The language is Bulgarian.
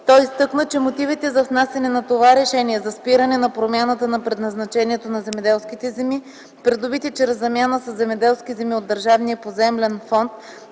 Той изтъкна, че мотивите за внасяне на това решение за спиране на промяната на предназначението на земеделските земи, придобити чрез замяна със земеделски земи от Държавния поземлен фонд,